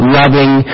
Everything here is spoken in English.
loving